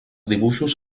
dibuixos